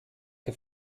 che